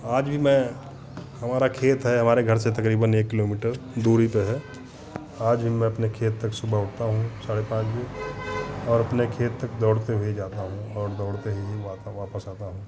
आज भी मैं हमारा खेत है हमारे घर से तकरीबन एक किलोमीटर दूरी पर है आज भी मैं अपने खेत तक सुबह उठता हूँ साढ़े पाँच बजे और अपने खेत तक दौड़ते हुए जाता हूँ और दौड़ते ही वह वापस आता हूँ